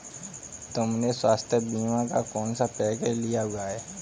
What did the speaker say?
तुमने स्वास्थ्य बीमा का कौन सा पैकेज लिया हुआ है?